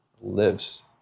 lives